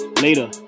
Later